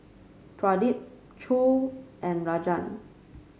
Pradip Choor and Rajan